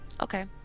okay